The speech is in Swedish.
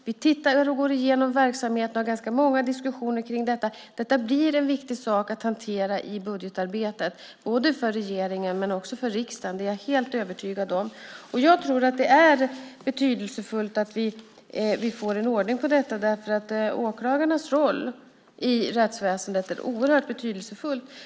Vi tittar och går igenom verksamheten och har ganska många diskussioner kring detta. Detta blir en viktig sak att hantera i budgetarbetet, både för regeringen och för riksdagen. Det är jag helt övertygad om. Jag tror att det är betydelsefullt att vi får ordning på detta därför att åklagarnas roll i rättsväsendet är oerhört betydelsefull.